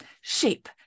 shape